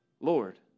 Lord